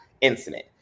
incident